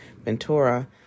Ventura